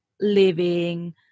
living